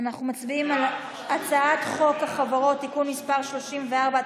אנחנו מצביעים על הצעת חוק החברות (תיקון מס' 34),